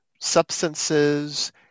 substances